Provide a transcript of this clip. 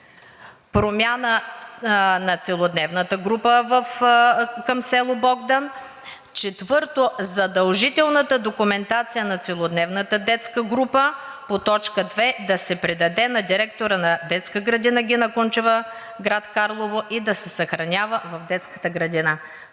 промяна на целодневната група към село Богдан; Точка четвърта – задължителната документация на целодневната детска група по т. 2 да се предаде на директора на детска градина „Гина Кунчева“, град Карлово, и да се съхранява в детската градина“.